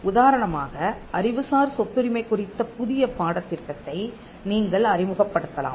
உதாரணமாக அறிவுசார் சொத்துரிமை குறித்த புதிய பாடத்திட்டத்தை நீங்கள் அறிமுகப்படுத்தலாம்